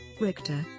Richter